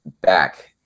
back